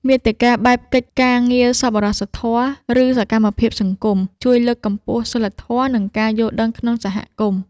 មាតិកាបែបកិច្ចការងារសប្បុរសធម៌ ឬសកម្មភាពសង្គម ជួយលើកកម្ពស់សីលធម៌ និងការយល់ដឹងក្នុងសហគមន៍។